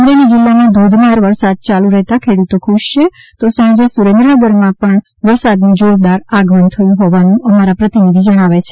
અમરેલી જિલ્લા આ ધોધમાર વરસાદ ચાલુ રહેતા ખેડૂતો ખુશ છે તો સાંજે સુરેન્દ્રનગર માં પણ વરસાદ નું જોરદાર આગમન થયું હોવાનું અમારા પ્રતિનિધિ જણાવે છે